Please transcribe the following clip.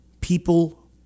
People